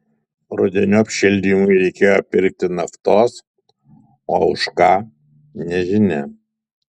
rudeniop šildymui reikėjo pirkti naftos o už ką nežinia